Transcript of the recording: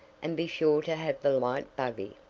and be sure to have the light buggy.